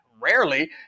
rarely